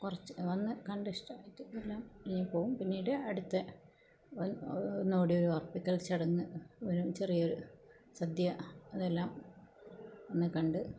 കുറച്ച് വന്ന് കണ്ട് ഇഷ്ടപ്പെട്ടിട്ട് എല്ലാം തിരികെ പോവും പിന്നീട് അടുത്ത ഒന്നു കൂടി ഒരു ഉറപ്പിക്കൽ ചടങ്ങ് ഒരു ചെറിയൊരു സദ്യ അതെല്ലാം ഒന്ന് കണ്ട്